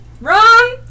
Wrong